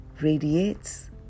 radiates